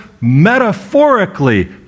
metaphorically